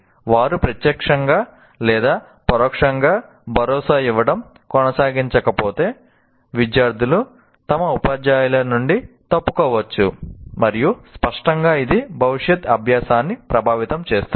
వారు ప్రత్యక్షంగా లేదా పరోక్షంగా భరోసా ఇవ్వడం కొనసాగించకపోతే విద్యార్థులు తమ ఉపాధ్యాయుల నుండి తప్పుకోవచ్చు మరియు స్పష్టంగా ఇది భవిష్యత్ అభ్యాసాన్ని ప్రభావితం చేస్తుంది